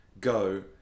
go